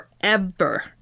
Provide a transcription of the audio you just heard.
forever